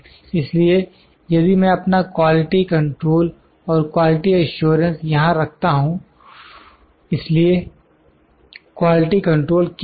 इसलिए यदि मैं अपना क्वालिटी कंट्रोल और क्वालिटी एश्योरेंस यहां रखता हूं इसलिए क्वालिटी कंट्रोल क्या है